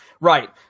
right